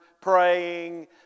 praying